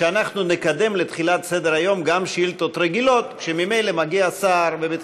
שאנחנו נקדם לתחילת סדר-היום גם שאילתות רגילות כשמגיע שר ממילא,